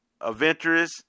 adventurous